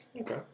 Okay